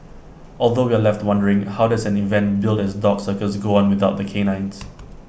although we're left wondering how does an event billed as A dog circus go on without the canines